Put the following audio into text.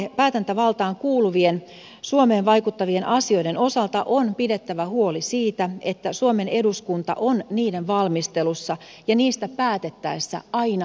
eun päätäntävaltaan kuuluvien suomeen vaikuttavien asioiden osalta on pidettävä huoli siitä että suomen eduskunta on niiden valmistelussa ja niistä päätettäessä aina mukana